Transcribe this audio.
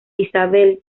isabelle